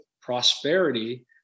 prosperity